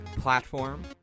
platform